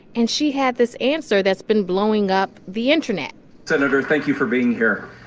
and she had this answer that's been blowing up the internet senator, thank you for being here.